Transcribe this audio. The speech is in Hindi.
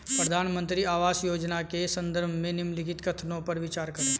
प्रधानमंत्री आवास योजना के संदर्भ में निम्नलिखित कथनों पर विचार करें?